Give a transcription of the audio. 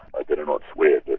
i'd better not swear, but